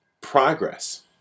progress